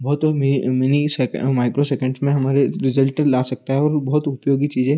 बहुत मिनी सेक माइक्रो सेकेंड्स में हमारे रिज़ल्ट ला सकता है और बहुत उपयोगी चीज़ हैं